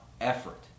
effort